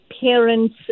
parents